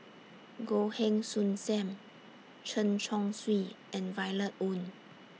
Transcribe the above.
Goh Heng Soon SAM Chen Chong Swee and Violet Oon